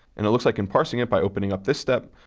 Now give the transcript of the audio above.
and it looks like in parsing it by opening up this step,